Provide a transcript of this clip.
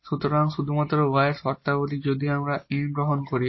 সুতরাং শুধুমাত্র y এর শর্তাবলী যদি আমরা N থেকে গ্রহণ করি